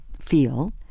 feel